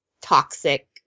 toxic